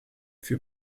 für